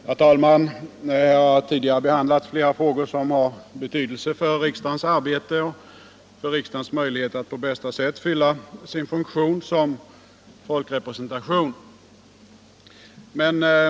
Herr talman! Här har tidigare behandlats flera frågor som har betydelse för riksdagens arbete och riksdagens möjligheter att på bästa sätt fylla sin funktion som folkrepresentation.